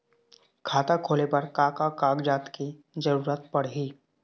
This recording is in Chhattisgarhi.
खाता खोले बर का का कागजात के जरूरत पड़ही?